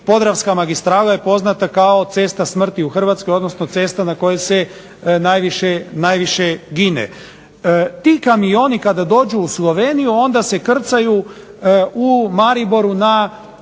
Podravska magistrala je poznata kao "cesta smrti" u Hrvatskoj, odnosno cesta na kojoj se najviše gine. Ti kamioni kada dođu u Sloveniju onda se krcaju u Mariboru na